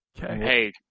Hey